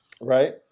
Right